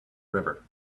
river